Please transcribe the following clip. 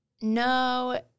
No